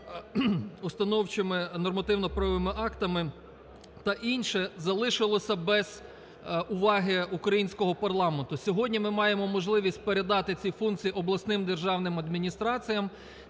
установчими нормативно-правовими актами та інше залишилося без уваги українського парламенту. Сьогодні ми маємо можливість передати ці функції обласним державним адміністраціям.